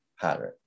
pattern